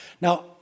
Now